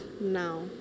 Now